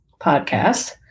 podcast